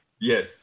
Yes